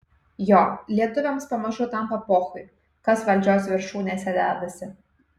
jo lietuviams pamažu tampa pochui kas valdžios viršūnėse dedasi